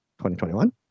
2021